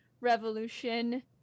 revolution